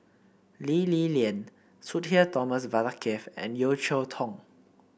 Lee Li Lian Sudhir Thomas Vadaketh and Yeo Cheow Tong